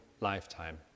lifetime